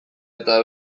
eta